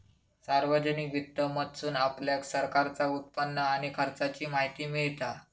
सार्वजनिक वित्त मधसून आपल्याक सरकारचा उत्पन्न आणि खर्चाची माहिती मिळता